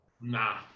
nah